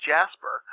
Jasper